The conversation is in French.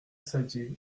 saddier